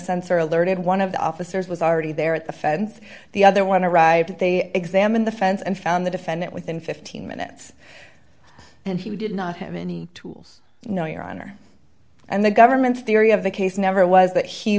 sensor alerted one of the officers was already there at the fence the other one a riot they examine the fence and found the defendant within fifteen minutes and he did not have any tools no your honor and the government's theory of the case never was that he